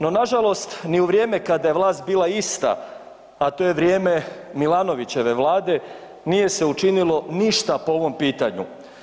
No nažalost, ni u vrijeme kada je vlast bila ista, a to je vrijeme Milanovićeve Vlade, nije se učinilo ništa po ovom pitanju.